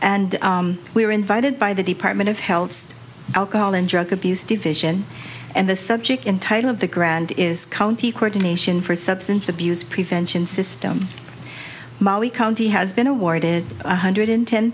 and we were invited by the department of health alcohol and drug abuse division and the subject and title of the grand is county court a nation for substance abuse prevention system molly county has been awarded one hundred